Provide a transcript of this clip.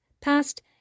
past